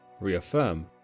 reaffirm